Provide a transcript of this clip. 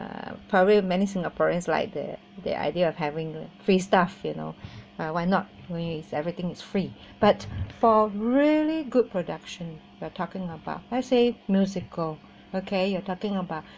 uh probably many singaporeans like the the idea of having free stuff you know uh why not everything is free but for really good production we're talking about let's say musical okay you're talking about